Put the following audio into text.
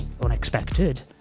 unexpected